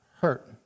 hurt